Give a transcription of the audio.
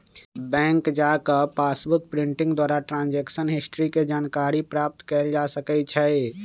bank जा कऽ passbook printing द्वारा ट्रांजैक्शन हिस्ट्री के जानकारी प्राप्त कएल जा सकइ छै